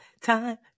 time